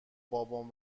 بابام